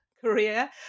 career